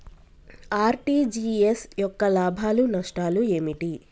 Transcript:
RTGS యొక్క లాభాలు నష్టాలు ఏమిటి?